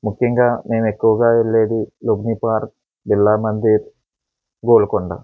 ముఖ్యంగా మేము ఎక్కువగా వెళ్ళేది లుంబినీ పార్క్ బిర్లా మందిర్ గోల్కొండ